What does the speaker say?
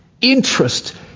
interest